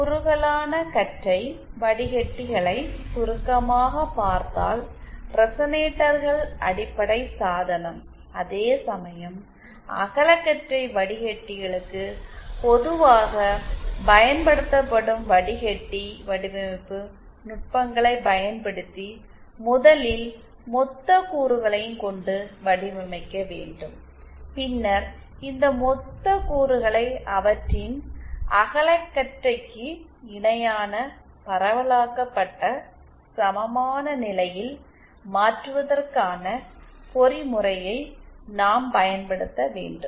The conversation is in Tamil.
குறுகலானகற்றை வடிக்கட்டிகளை சுருக்கமாக பார்த்தால் ரெசனேட்டர்கள் அடிப்படை சாதனம் அதேசமயம் அகலகற்றை வடிகட்டிகளுக்கு பொதுவாக பயன்படுத்தப்படும் வடிகட்டி வடிவமைப்பு நுட்பங்களைப் பயன்படுத்தி முதலில் மொத்த கூறுகளையும் கொண்டு வடிவமைக்க வேண்டும் பின்னர் இந்த மொத்த கூறுகளை அவற்றின் அகலக்கற்றைக்கு இணையான பரவலாக்கப் பட்ட சமமான நிலையில் மாற்றுவதற்கான பொறிமுறையை நாம் பயன்படுத்த வேண்டும்